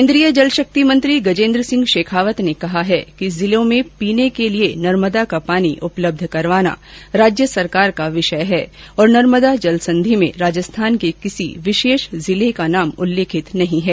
केंद्रीय जलशक्ति मंत्री गजेंद्र सिंह शेखावत ने कहा है कि जिलों को पीने के लिये नर्मदा का पानी उप्लब्ध करवाना राज्य सरकार का विषय है और नर्मदा जल सन्धि में राजस्थान के किसी विशेष जिले के नाम का उल्लेख नहीं किया गया है